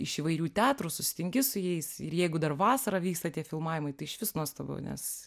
iš įvairių teatrų susitinki su jais ir jeigu dar vasarą vyksta tie filmavimai tai išvis nuostabu nes